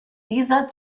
dieser